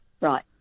Right